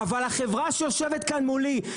אבל החברה שיושבת כאן מולי,